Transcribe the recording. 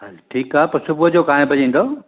हल ठीकु आहे पोइ सुबुह जो काएं वजे ईंदव